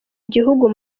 igihugu